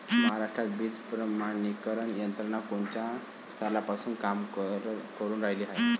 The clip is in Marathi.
महाराष्ट्रात बीज प्रमानीकरण यंत्रना कोनच्या सालापासून काम करुन रायली हाये?